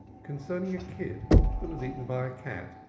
concerning a kid that was eaten by a cat,